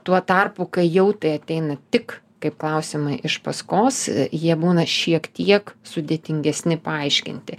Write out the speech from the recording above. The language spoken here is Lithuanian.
tuo tarpu kai jau tai ateina tik kaip klausimai iš paskos jie būna šiek tiek sudėtingesni paaiškinti